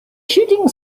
shooting